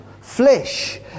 flesh